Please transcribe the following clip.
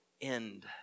end